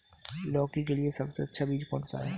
लौकी के लिए सबसे अच्छा बीज कौन सा है?